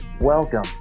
Welcome